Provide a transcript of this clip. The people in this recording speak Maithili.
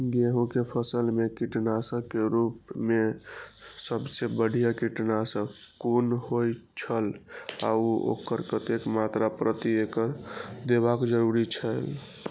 गेहूं के फसल मेय कीटनाशक के रुप मेय सबसे बढ़िया कीटनाशक कुन होए छल आ ओकर कतेक मात्रा प्रति एकड़ देबाक जरुरी छल?